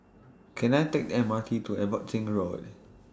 Can I Take The M R T to Abbotsingh Road